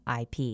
IP